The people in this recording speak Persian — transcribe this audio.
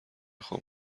خوام